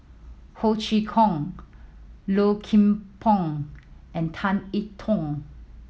Ho Chee Kong Low Kim Pong and Tan E Tong